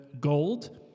gold